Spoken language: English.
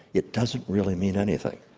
it doesn't really mean anything.